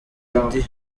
radio